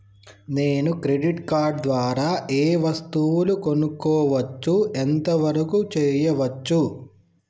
నేను credit card ద్వారా ఏం వస్తువులు కొనుక్కోవచ్చు ఎంత వరకు చేయవచ్చు?